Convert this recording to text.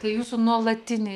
tai jūsų nuolatiniai